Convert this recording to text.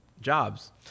jobs